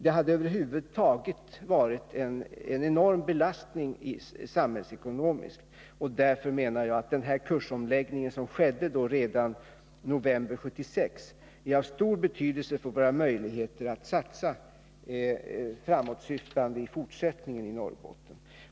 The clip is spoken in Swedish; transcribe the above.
Det hade över huvud taget varit en enorm belastning samhällsekonomiskt, och därför menar jag att den kursomläggning som skedde redan i november 1976 är av stor betydelse för våra möjligheter att satsa framåtsyftande i fortsättningen i Norrbotten.